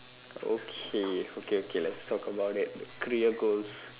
okay okay okay let's talk about it career goals